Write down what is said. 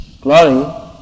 glory